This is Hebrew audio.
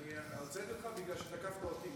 הוצאתי אותך בגלל שתקפת אותי,